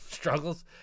struggles